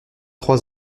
trois